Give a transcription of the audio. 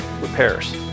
repairs